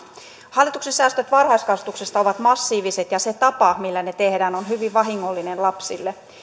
hallituksen säästöt varhaiskasvatuksesta ovat massiiviset ja se tapa millä ne tehdään on hyvin vahingollinen lapsille